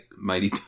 Mighty